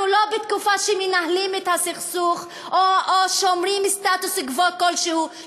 אנחנו לא בתקופה שמנהלים את הסכסוך או שומרים סטטוס-קוו כלשהו.